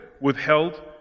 withheld